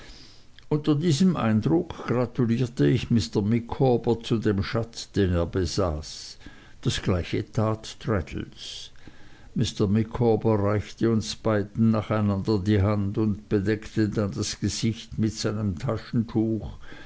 unter diesem eindruck gratulierte ich mr micawber zu dem schatz den er besaß das gleiche tat traddles mr micawber reichte uns beiden nacheinander die hand und bedeckte dann das gesicht mit seinem taschentuch